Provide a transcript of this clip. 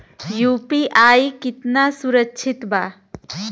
UPI कितना सुरक्षित बा?